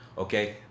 Okay